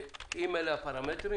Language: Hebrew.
אם אלה הפרמטרים